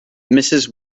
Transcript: mrs